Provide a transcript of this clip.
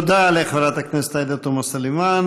תודה לחברת הכנסת עאידה תומא סלימאן.